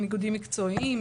עם איגודים מקצועיים,